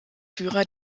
führer